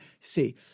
see